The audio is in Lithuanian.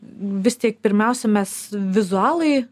vis tik pirmiausia mes vizualai